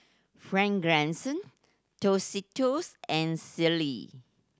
Fragrance Tostitos and Sealy